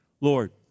Lord